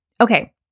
Okay